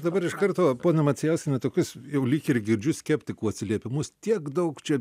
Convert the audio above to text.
dabar iš karto ponia macijauskiene tokius jau lyg ir girdžiu skeptikų atsiliepimus tiek daug čia